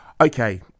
Okay